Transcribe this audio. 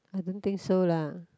I don't think so lah